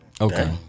Okay